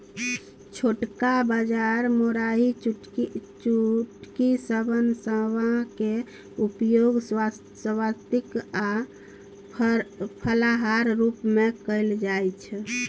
छोटका बाजरा मोराइयो कुटकी शवन समा क उपयोग सात्विक आ फलाहारक रूप मे कैल जाइत छै